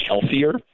healthier